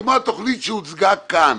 כמו התוכנית שהוצגה כאן.